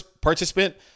participant